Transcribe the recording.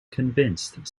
convinced